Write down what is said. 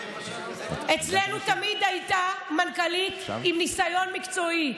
אצלנו תמיד הייתה מנכ"לית עם ניסיון מקצועי,